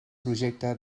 projecte